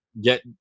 Get